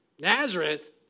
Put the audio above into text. Nazareth